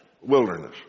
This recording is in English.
wilderness